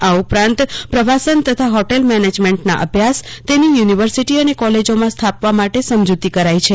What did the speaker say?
આ ઉપરાંત પ્રવાસન તથા હોટલ મેનેજમેન્ટના અભ્યાસ તેની યુનિવર્સિટી અને કોલેજોમાં સ્થાપવા સમજૂતી થઇ છે